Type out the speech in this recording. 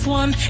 one